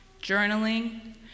Journaling